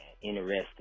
Interesting